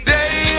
Day